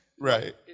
Right